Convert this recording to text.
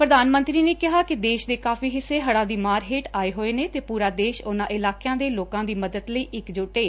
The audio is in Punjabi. ਪ੍ਰਧਾਨ ਮੰਤਰੀ ਨੇ ਕਿਹਾ ਕਿ ਦੇਸ਼ ਦੇ ਕਾਫੀ ਹਿੱਸੇ ਹੜਾਂ ਦੀ ਮਾਰ ਹੇਠ ਆਏ ਹੋਏ ਨੇ ਤੇ ਪੁਰਾ ਦੇਸ਼ ਉਨ੍ਹਾਂ ਇਲਾਕਿਆਂ ਦੇ ਲੋਕਾਂ ਦੀ ਮਦਦ ਲਈ ਇੱਕ ਜੁੱਟ ਏ